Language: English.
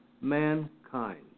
mankind